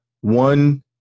one